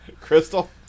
Crystal